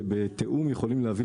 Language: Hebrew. שבתיאום יכולים להביא,